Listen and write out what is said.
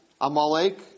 Amalek